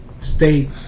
stay